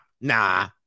nah